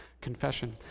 confession